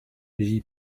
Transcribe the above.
j’y